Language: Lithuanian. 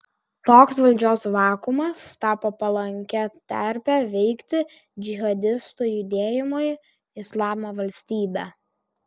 toks valdžios vakuumas tapo palankia terpe veikti džihadistų judėjimui islamo valstybė